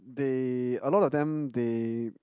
they a lot of them they